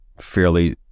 fairly